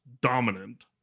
dominant